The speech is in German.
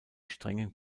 strengen